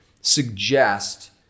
suggest